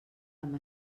amb